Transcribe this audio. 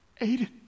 Aiden